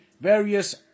various